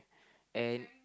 and